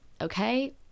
Okay